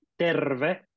Terve